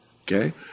Okay